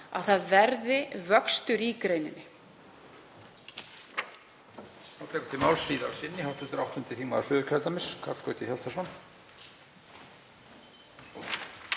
að það verði vöxtur í greininni.